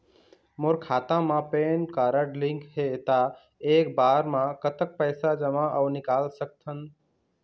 मोर खाता मा pan card link हे ता एक बार मा कतक पैसा जमा अऊ निकाल सकथन?